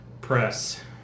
press